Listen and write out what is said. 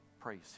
praise